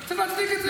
צריך להצדיק את זה.